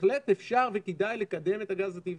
בהחלט אפשר וכדאי לקדם את הגז הטבעי.